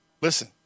Listen